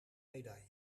medaille